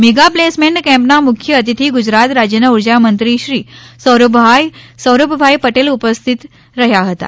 mega placement કેમ્પના મુખ્ય અતિથિ ગુજરાત રાજ્યના ઉર્જા મંત્રી શ્રી સૌરભભાઈ પટેલ ઉપસ્થિત રહ્યા હતાં